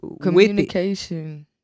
Communication